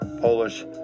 Polish